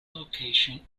location